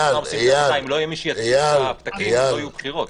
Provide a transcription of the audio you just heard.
אם לא יהיה מי שיגיע, לא יהיו בחירות.